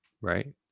Right